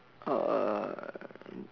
uh